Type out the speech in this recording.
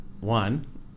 One